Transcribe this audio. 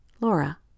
Laura